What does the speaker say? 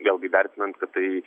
vėlgi vertinant kad tai